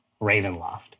ravenloft